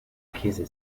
käse